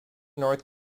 north